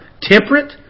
temperate